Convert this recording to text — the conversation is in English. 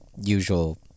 usual